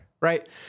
right